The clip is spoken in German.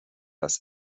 das